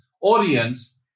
audience